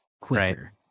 quicker